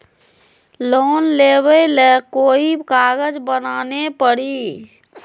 Loan लेबे ले कोई कागज बनाने परी?